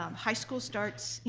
um high school starts, you